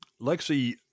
Lexi